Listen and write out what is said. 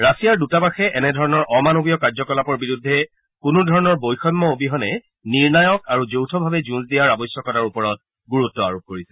ৰাছিয়াৰ দূতবাসে এনেধৰণৰ অমানৱীয় কাৰ্যকলাপৰ বিৰুদ্ধে কোনো ধৰণৰ বৈষম্য অবিহনে নিৰ্ণায়ক আৰু যৌথভাৱে যুঁজ দিয়াৰ আৱশ্যকতাৰ ওপৰত গুৰুত্ব আৰোপ কৰিছে